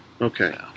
okay